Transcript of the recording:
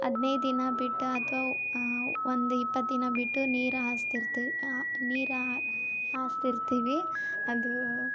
ಹದಿನೈದು ದಿನ ಬಿಟ್ಟು ಅಥವಾ ಒಂದು ಇಪ್ಪತ್ತು ದಿನ ಬಿಟ್ಟು ನೀರು ಹಾಸ್ತಿರ್ತೀವಿ ನೀರು ಹಾಸ್ತಿರ್ತೀವಿ ಅದು